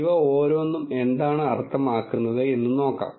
ഇവ ഓരോന്നും എന്താണ് അർത്ഥമാക്കുന്നത് എന്ന് നമുക്ക് നോക്കാം